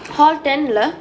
hall ten leh